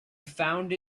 found